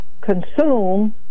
consume